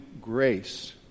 grace